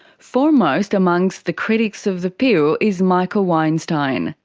foremost amongst the critics of the pill is michael weinstein,